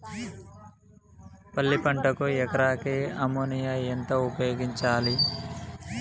పల్లి పంటకు ఎకరాకు అమోనియా ఎంత ఉపయోగించాలి?